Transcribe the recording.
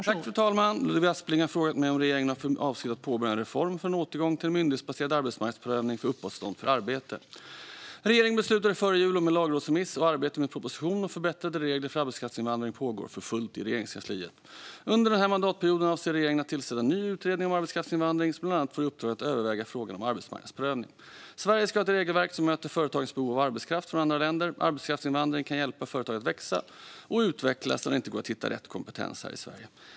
Fru talman! Ludvig Aspling har frågat mig om regeringen har för avsikt att påbörja en reform för en återgång till en myndighetsbaserad arbetsmarknadsprövning för uppehållstillstånd för arbete. Regeringen beslutade före jul om en lagrådsremiss, och arbete med en proposition om förbättrade regler för arbetskraftsinvandring pågår för fullt på Regeringskansliet. Under den här mandatperioden avser regeringen att tillsätta en ny utredning om arbetskraftsinvandring som bland annat får i uppdrag att överväga frågan om arbetsmarknadsprövning. Sverige ska ha ett regelverk som möter företagens behov av arbetskraft från andra länder. Arbetskraftsinvandring kan hjälpa företag att växa och utvecklas när det inte går att hitta rätt kompetens här i Sverige.